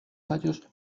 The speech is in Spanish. tallos